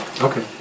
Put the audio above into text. Okay